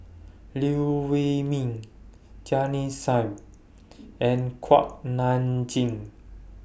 Liew Wee Mee Jamit Singh and Kuak Nam Jin